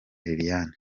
liliane